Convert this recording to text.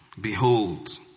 behold